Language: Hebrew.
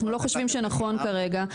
אנחנו לא חושבים שנכון כרגע להתקשר.